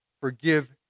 forgive